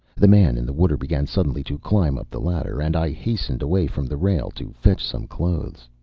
the man in the water began suddenly to climb up the ladder, and i hastened away from the rail to fetch some clothes.